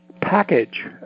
package